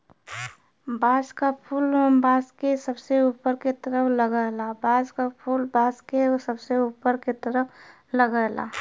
बांस क फुल बांस के सबसे ऊपर के तरफ लगला